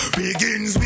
begins